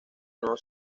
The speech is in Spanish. nuevo